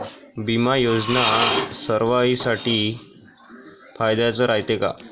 बिमा योजना सर्वाईसाठी फायद्याचं रायते का?